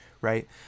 right